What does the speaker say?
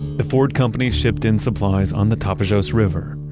the ford company shipped in supplies on the tapajos river.